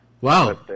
Wow